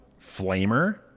Flamer